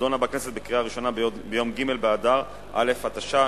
נדונה בכנסת בקריאה ראשונה ביום ג' באדר א' תשע"א,